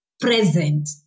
present